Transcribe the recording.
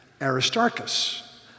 Aristarchus